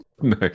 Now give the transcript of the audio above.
No